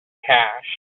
cash